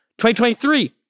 2023